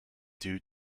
due